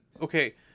okay